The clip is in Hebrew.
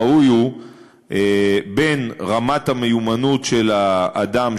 האיזון הראוי הוא בין רמת המיומנות של האדם,